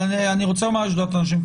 אבל אני רוצה לומר לשדולת הנשים,